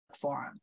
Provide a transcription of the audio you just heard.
forum